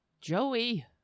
Joey